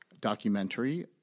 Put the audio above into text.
documentary